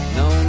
no